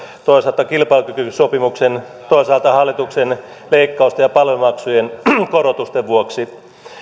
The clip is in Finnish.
toisaalta kilpailukykysopimuksen toisaalta hallituksen leikkausten ja palvelumaksujen korotusten vuoksi